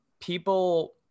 people